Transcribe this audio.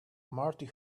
marty